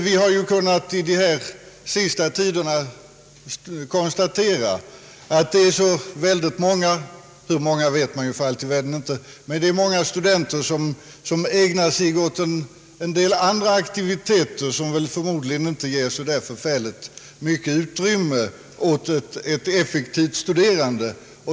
Vi har ju under den sista tiden kunnat konstatera att många studerande — hur många vet man inte ägnar sig åt en del andra aktiviteter, som förmodligen inte ger så särskilt stort utrymme åt ett effektivt studerande.